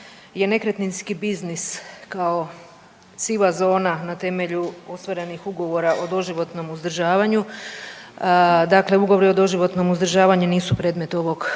je nekretninski biznis kao siva zona na temelju ostvarenih ugovora o doživotnom udržavanju. Dakle, ugovori o doživotnom uzdržavanju nisu predmet ovog